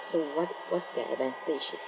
so what what's their advantage